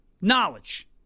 knowledge